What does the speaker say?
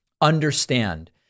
understand